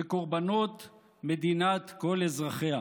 וקורבנות מדינת כל אזרחיה.